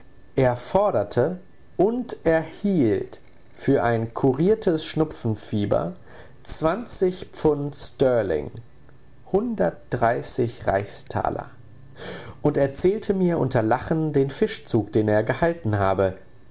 er forderte und erhielt für ein kuriertes schnupfenfieber zwanzig pfund sterling hundert reichstaler und erzählte mir unter lachen den fischzug den er gehalten habe